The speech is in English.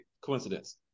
coincidence